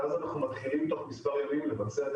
ואז אנחנו מתחילים תוך מספר ימים לבצע את